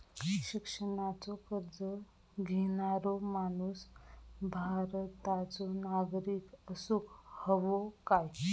शिक्षणाचो कर्ज घेणारो माणूस भारताचो नागरिक असूक हवो काय?